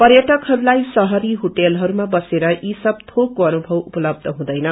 पर्यटकहरूलाई शहरी होटेलहरूमा बसेर यी सब थोकको अनुभर्व उपलब्ध हुँदैन